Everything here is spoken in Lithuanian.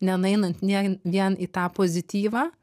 nenueinant ne vien į tą pozityvą